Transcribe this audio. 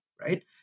right